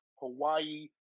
Hawaii